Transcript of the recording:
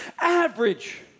average